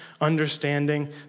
understanding